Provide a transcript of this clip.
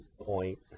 point